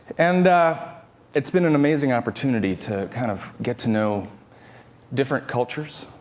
and it's been an amazing opportunity to kind of get to know different cultures,